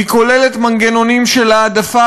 היא כוללת מנגנונים של העדפה,